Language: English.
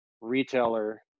retailer